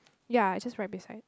ya is just right beside